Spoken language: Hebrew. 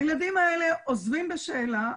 הילדים האלה עוזבים בשאלה,